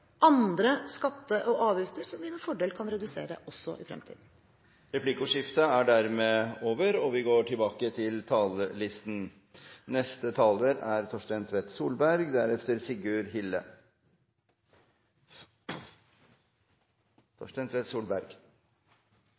andre skatter og avgifter som vi med fordel kan redusere, også i fremtiden. Replikkordskiftet er omme. Den britiske filosofen Francis Bacon sa en gang: Det er